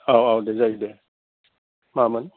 औ औ दे जायो दे मामोन